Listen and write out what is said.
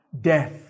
death